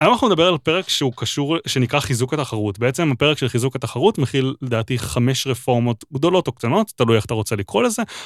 היום אנחנו נדבר על פרק שהוא קשור שנקרא חיזוק התחרות בעצם הפרק של חיזוק התחרות מכיל לדעתי חמש רפורמות גדולות או קטנות תלוי איך אתה רוצה לקרוא לזה